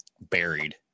buried